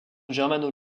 germano